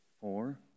Four